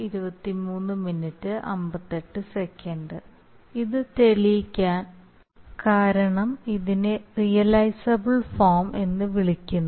ഇത് തെളിയിക്കാൻ ഇതിനെ റിയലൈസബൽ ഫോം എന്ന് വിളിക്കുന്നു